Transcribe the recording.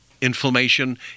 inflammation